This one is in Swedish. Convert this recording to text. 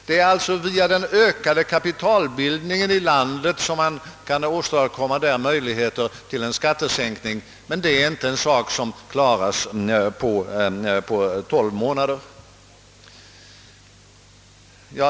Det är via en ökad kapitalbildning i landet som man kan möjliggöra skattesänkningar, men det är inte en sak som kan åstadkommas på tolv månader.